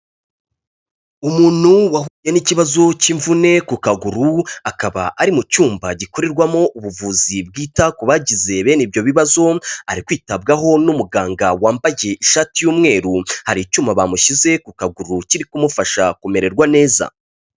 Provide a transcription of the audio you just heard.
Umuntu wahuye n'ikibazo cy'imvune ku kaguru, akaba ari mu cyumba gikorerwamo ubuvuzi bwita ku bagize bene ibyo bibazo, ari kwitabwaho n'umuganga wambaye ishati y'umweru, hari icyuma bamushyize ku kaguru kiri kumufasha kumererwa neza.